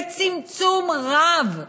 בצמצום רב,